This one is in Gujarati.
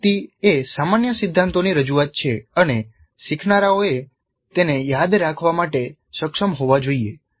માહિતી એ સામાન્ય સિદ્ધાંતોની રજૂઆત છે અને શીખનારાઓએ તેને યાદ રાખવા માટે સક્ષમ હોવા જોઈએ